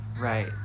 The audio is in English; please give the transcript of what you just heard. Right